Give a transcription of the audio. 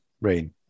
rain